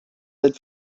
had